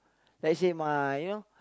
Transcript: let's say my you know